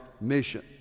mission